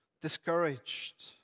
discouraged